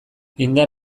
indar